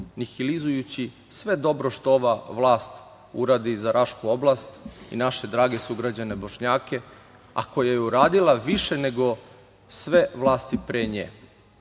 nihilizujući sve dobro što ova vlast uradi za Rašku oblast i naše druge sugrađane Bošnjake, a koja je uradila više nego sve vlasti pre